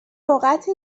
لغتی